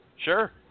Sure